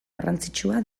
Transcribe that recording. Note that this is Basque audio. garrantzitsua